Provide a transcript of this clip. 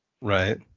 Right